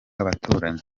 abaturanyi